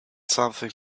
something